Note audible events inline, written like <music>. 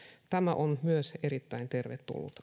tämä on myös erittäin tervetullut <unintelligible>